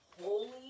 holy